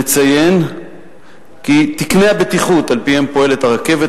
נציין כי תקני הבטיחות שעל-פיהם פועלת הרכבת,